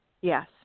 yes